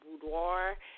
boudoir